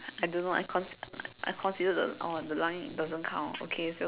I don't know I con~ I consider the oh the line doesn't count okay so